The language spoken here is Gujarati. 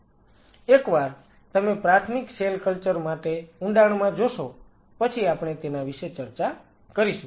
એકવાર તમે પ્રાથમિક સેલ કલ્ચર માટે ઊંડાણમાં જોશો પછી આપણે તેના વિશે ચર્ચા કરીશું